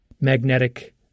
magnetic